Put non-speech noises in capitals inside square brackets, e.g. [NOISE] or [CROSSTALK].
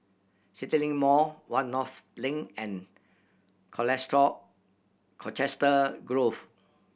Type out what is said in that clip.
CityLink Mall One North Link and [UNINTELLIGIBLE] Colchester Grove